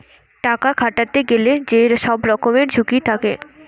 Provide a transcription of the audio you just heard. টাকা খাটাতে গেলে যে সব রকমের ঝুঁকি থাকে